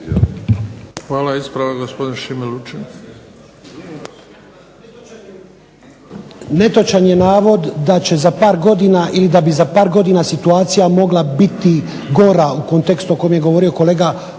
Hvala. Ispravak, gospodin Šime Lučin.